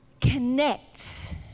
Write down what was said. connects